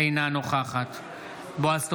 אינה נוכחת בועז טופורובסקי,